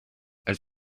elle